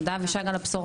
תודה אבישג גם על הבשורה,